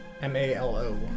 M-A-L-O